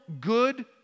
good